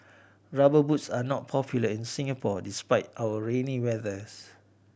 Rubber Boots are not popular in Singapore despite our rainy weathers